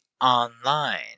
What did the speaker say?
online